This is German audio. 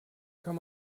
kann